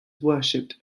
worshipped